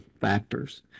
factors